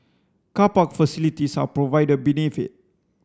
car park facilities are provided beneath it